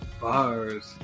Bars